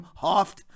Hoft